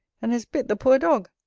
and has bit the poor dog.